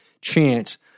chance